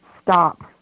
stop